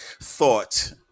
thought